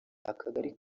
akagari